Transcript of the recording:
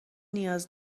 نیاز